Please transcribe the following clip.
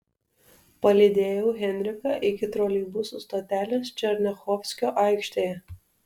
palydėjau henriką iki troleibusų stotelės černiachovskio aikštėje